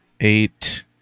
eight